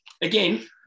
again